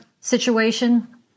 situation